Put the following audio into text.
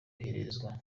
hifashishijwe